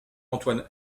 antoine